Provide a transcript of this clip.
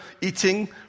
eating